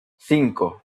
cinco